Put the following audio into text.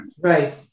Right